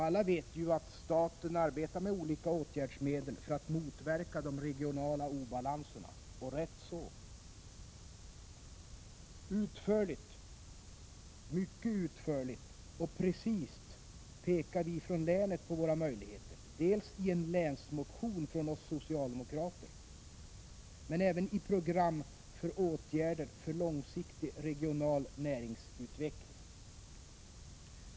Alla vet ju att staten arbetar med olika åtgärdsmedel för att motverka de regionala obalanserna — och rätt så. Mycket utförligt och precist pekar vi från länet på våra möjligheter; dels i en länsmotion från oss socialdemokrater, dels i program för åtgärder för långsiktig regional näringsutveckling.